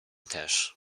też